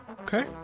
okay